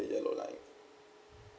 yellow line